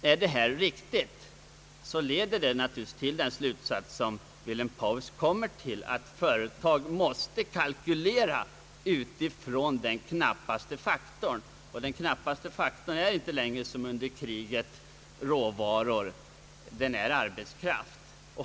Är detta riktigt leder det naturligtvis till den slutsats som Wilhelm Paues kommer fram till: Företag måste kalkylera utifrån den knappaste faktorn. Den är inte längre som under kriket råvaror, den är arbetskraft.